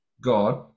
God